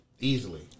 Easily